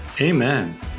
Amen